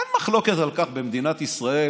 אין מחלוקת על כך, במדינת ישראל